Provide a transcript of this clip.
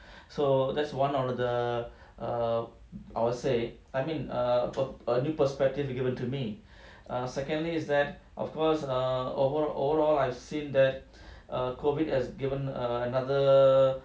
so that's one of the err I would say I mean err for a new perspective it given to me err secondly is that of course err overall I've seen that err COVID has given err another